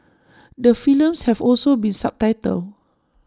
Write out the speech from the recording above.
the films have also been subtitled